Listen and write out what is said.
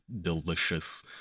Delicious